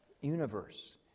universe